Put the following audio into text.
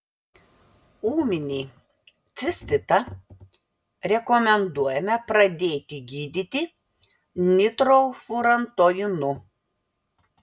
ūminį cistitą rekomenduojame pradėti gydyti nitrofurantoinu